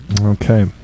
Okay